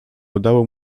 udało